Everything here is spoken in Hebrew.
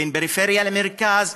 בין פריפריה למרכז,